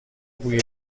بوی